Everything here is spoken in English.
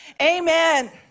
Amen